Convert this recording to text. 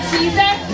Jesus